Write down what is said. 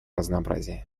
разнообразия